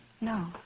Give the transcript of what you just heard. No